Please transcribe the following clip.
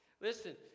Listen